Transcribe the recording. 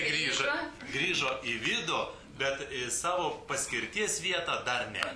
grįžo grįžo į vidų bet į savo paskirties vietą dar ne